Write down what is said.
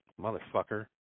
motherfucker